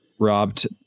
robbed